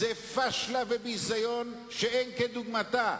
זו פשלה וזה ביזיון שאין כדוגמתם.